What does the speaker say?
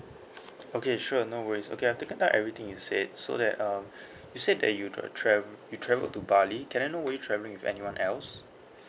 okay sure no worries okay I've taken down everything you said so that um you said that you do~ tra~ you travel to bali can I know were you travelling with anyone else